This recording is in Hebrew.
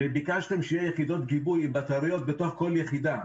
גיבשתם שיהיו יחידות גיבוי עם בטריות בכל יחידה.